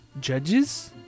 Judges